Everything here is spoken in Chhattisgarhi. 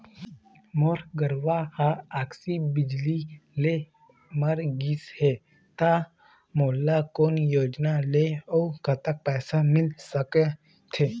मोर गरवा हा आकसीय बिजली ले मर गिस हे था मोला कोन योजना ले अऊ कतक पैसा मिल सका थे?